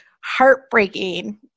heartbreaking